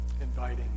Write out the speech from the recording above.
inviting